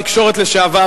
שר התקשורת לשעבר,